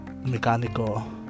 mechanical